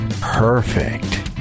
perfect